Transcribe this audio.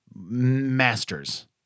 masters